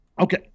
okay